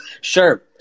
sure